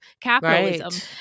capitalism